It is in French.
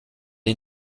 est